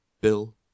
Bill